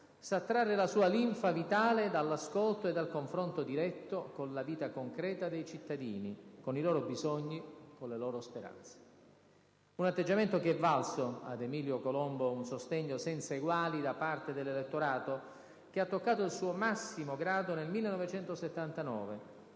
sa trarre la sua linfa vitale dall'ascolto e dal confronto diretto con la vita concreta dei cittadini, con i loro bisogni, con le loro speranze. Un atteggiamento che è valso ad Emilio Colombo un sostegno senza eguali da parte dell'elettorato, che ha toccato il suo massimo grado nel 1979,